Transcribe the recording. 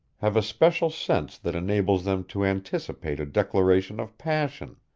have a special sense that enables them to anticipate a declaration of passion,